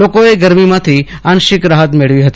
લોકોએ ગરમીમાંથી આંશિક રાહત મેળવી હતી